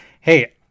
Hey